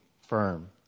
firm